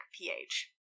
pH